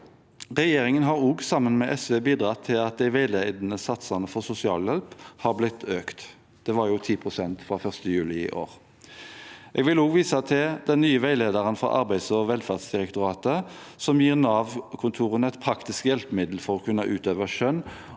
Regjeringen har òg, sammen med SV, bidratt til at de veiledende satsene for sosialhjelp har økt med 10 pst. fra 1. juli i år. Jeg vil også vise til den nye veilederen fra Arbeids- og velferdsdirektoratet som gir Nav-kontorene et praktisk hjelpemiddel for å kunne utøve skjønn